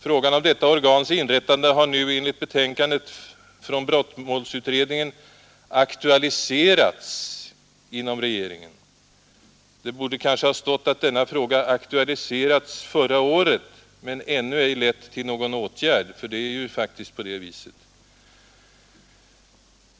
Frågan om detta organs inrättande har nu, enligt betänkandet från brottmålsutredningen, aktualiserats inom regeringen. Det borde kanske ha stått att denna fråga aktualiserats förra året men ännu ej lett till någon åtgärd, för det är ju faktiskt på det viset.